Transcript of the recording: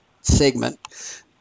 segment